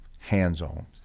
hands-on